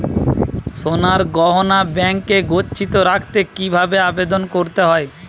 সোনার গহনা ব্যাংকে গচ্ছিত রাখতে কি ভাবে আবেদন করতে হয়?